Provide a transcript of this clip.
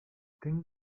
ten